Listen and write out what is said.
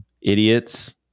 idiots